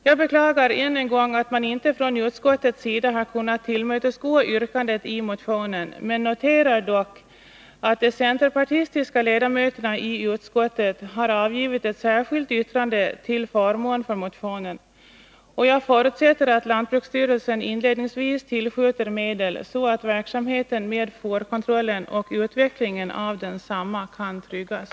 Jag beklagar än en gång att man inte från utskottets sida har kunnat tillmötesgå yrkandet i motionen, men jag noterar att de centerpartistiska ledamöterna i utskottet har avgivit ett särskilt yttrande till förmån för motionen. Jag förutsätter att lantbruksstyrelsen inledningsvis tillskjuter medel, så att verksamheten med fårkontrollen och utvecklingen av densamma kan tryggas.